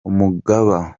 umugaba